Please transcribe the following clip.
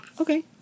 Okay